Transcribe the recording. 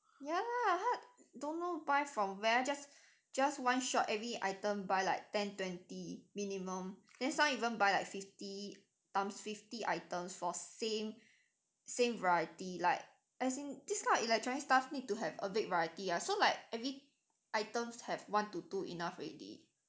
ya lah 他 don't know by from where just just one shot every item buy like ten twenty minimum then some even by like fifty times fifty items for same same variety like as in this kind of electronic staff need to have a big variety ah so like every items have one to two enough already